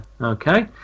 Okay